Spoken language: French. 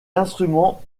instrument